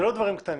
זה לא דברים קטנים.